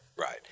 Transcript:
Right